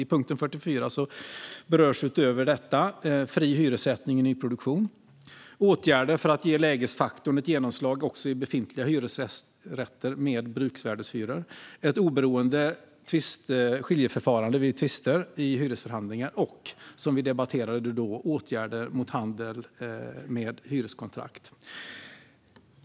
I punkt 44 berörs utöver det som debatteras nu fri hyressättning i nyproduktion, åtgärder för att ge lägesfaktorn ett genomslag också i befintliga hyresrätter med bruksvärdeshyror, ett oberoende skiljeförfarande vid tvister i hyresförhandlingar och, som vi debatterade tidigare, åtgärder mot handel med hyreskontrakt.